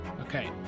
Okay